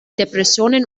depressionen